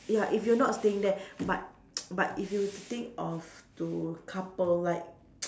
ya if you're not staying there but but if you think of to couple like